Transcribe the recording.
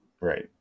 Right